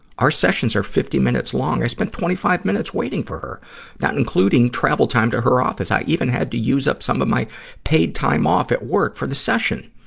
our sessions are fifty minutes long i spend twenty five minutes waiting for her not including travel time to her office. i even had to use up some of my paid time off at work for the session.